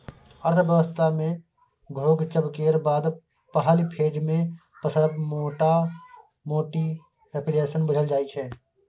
अर्थव्यवस्था मे घोकचब केर बाद पहिल फेज मे पसरब मोटामोटी रिफ्लेशन बुझल जाइ छै